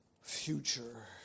future